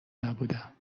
نبودم